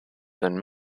than